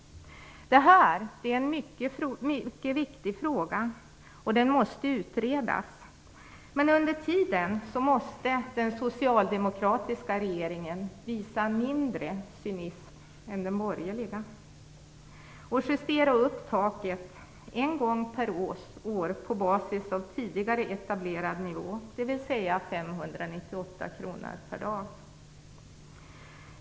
Detta är en mycket viktig fråga som måste utredas. Men under tiden måste den socialdemokratiska regeringen visa mindre cynism än den borgerliga och justera upp taket en gång per år på basis av tidigare etablerad nivå, dvs. 598 kr per dag.